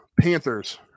Panthers